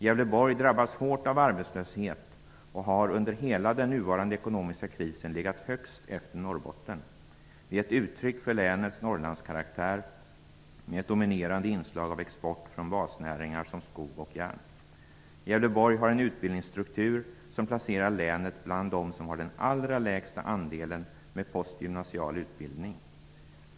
Gävleborg drabbas hårt av arbetslöshet och har under hela den nuvarande ekonomiska krisen legat högst efter Norrbotten. Det är ett uttryck för länets Norrlandskaraktär, med ett dominerande inslag av export från basnäringar såsom skog och järn. Gävleborg har en utbildningsstruktur som placerar länet bland dem som har den allra lägsta andelen med postgymnasial utbildning.